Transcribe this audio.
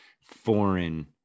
foreign